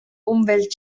umwelt